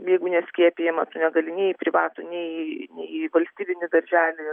jeigu neskiepijama tu negali nei į privatų nei nei į valstybinį darželį